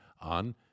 on